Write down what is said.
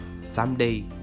someday